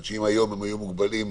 אם היום החנויות מוגבלות